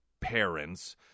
parents